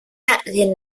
liền